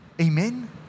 Amen